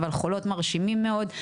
אבל חולות מרשימים מאוד,